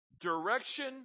direction